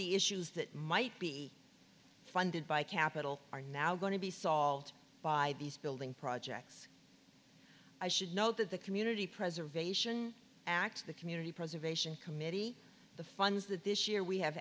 the issues that might be funded by capital are now going to be solved by these building projects i should note that the community preservation act the community preservation committee the funds that this year we have